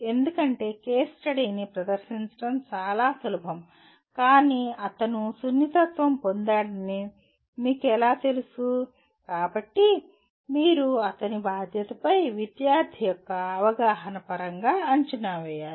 ఎందుకంటే కేస్ స్టడీని ప్రదర్శించడం చాలా సులభం కానీ అతను సున్నితత్వం పొందాడని మీకు ఎలా తెలుసు కాబట్టి మీరు అతని బాధ్యతపై విద్యార్థి యొక్క అవగాహన పరంగా అంచనా వేయాలి